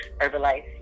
Herbalife